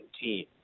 team